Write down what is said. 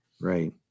Right